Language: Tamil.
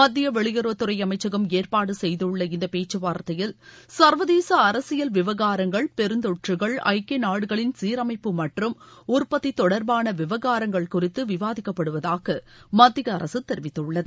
மத்திய வெளியுறவுத் துறை அமைச்சகம் ஏற்பாடு செய்துள்ள இந்தக் பேச்சுவார்த்தையில் சர்வதேச அரசியல் விவகாரங்கள் பெருந்தொற்றுகள் ஐக்கிய நாடுகளின் சீரமைப்பு மற்றும் உற்பத்தி தொடர்பான விவகாரங்கள் குறித்து விவாதிக்கப்படுவதாக மத்திய அரசு தெரிவித்துள்ளது